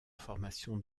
formation